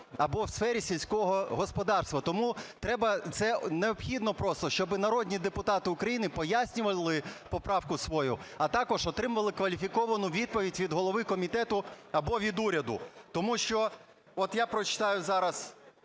або в сфері сільського господарства. Тому треба, необхідно просто, щоб народні депутати України пояснювали поправку свою, а також отримували кваліфіковану відповідь від голови комітету або від уряду. Тому що, от я прочитаю зараз,